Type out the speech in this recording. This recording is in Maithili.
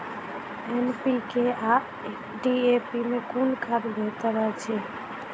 एन.पी.के आ डी.ए.पी मे कुन खाद बेहतर अछि?